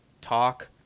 talk